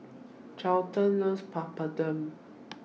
Charlton loves Papadum